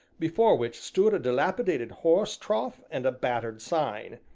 before which stood a dilapidated horse trough and a battered sign.